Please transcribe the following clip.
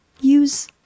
use